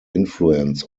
influence